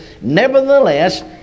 Nevertheless